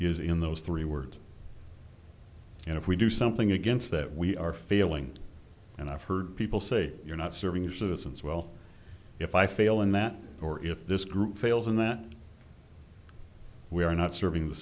is in those three words and if we do something against that we are failing and i've heard people say you're not serving your citizens well if i fail in that or if this group fails and that we are not serving the